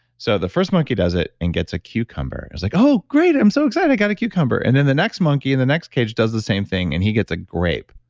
so the first monkey does it and gets a cucumber and it's like, oh, great, i'm so excited, i got a cucumber. and then the next monkey in the next cage does the same thing and he gets a grape